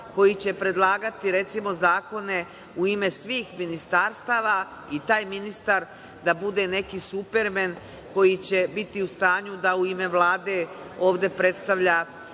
koji će predlagati, recimo, zakone u ime svih ministarstava i taj ministar da bude neki supermen koji će biti u stanju da u ime Vlade ovde predstavlja